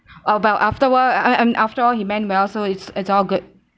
oh but afterward um um after all he meant well so it's it's all good